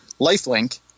lifelink